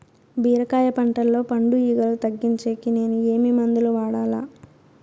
బీరకాయ పంటల్లో పండు ఈగలు తగ్గించేకి నేను ఏమి మందులు వాడాలా?